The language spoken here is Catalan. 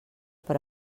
per